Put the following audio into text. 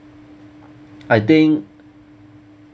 I think